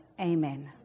amen